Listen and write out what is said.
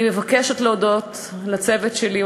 אני מבקשת להודות לצוות שלי,